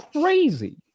crazy